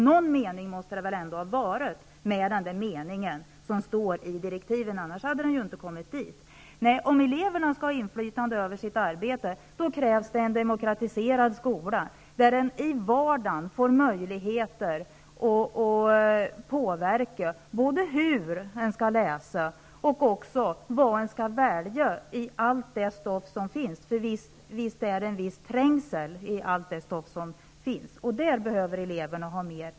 Någon mening måste det väl ändå ha varit med det som står i direktiven -- annars hade det inte stått där. Om eleverna skall ha inflytande över sitt arbete, krävs det en demokratiserad skola, där de i vardagen får möjlighet att påverka både hur de skall läsa och vad de skall välja av allt det stoff som finns -- visst är det en trängsel av stoff.